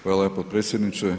Hvala potpredsjedniče.